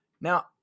Now